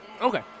Okay